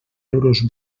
euros